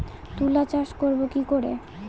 তুলা চাষ করব কি করে?